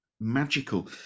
magical